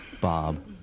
Bob